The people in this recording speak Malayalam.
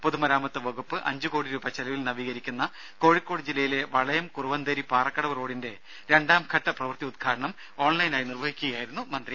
പൊതുമരാമത്ത് വകുപ്പ് അഞ്ച് കോടി രൂപ ചെലവിൽ നവീകരിക്കുന്ന കോഴിക്കോട് ജില്ലയിലെ വളയം കുറുവന്തേരി പാറക്കടവ് റോഡിന്റെ രണ്ടാംഘട്ട പ്രവൃത്തി ഉദ്ഘാടനം ഓൺലൈനായി നിർവഹിച്ച് സംസാരിക്കുകയായിരുന്നു മന്ത്രി